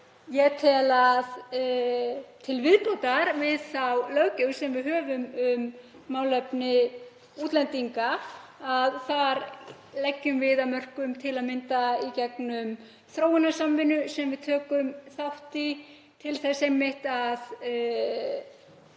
Ég tel að til viðbótar við þá löggjöf sem við höfum um málefni útlendinga leggjum við okkar af mörkum til að mynda í gegnum um þróunarsamvinnu sem við tökum þátt í til þess einmitt að